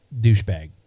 douchebag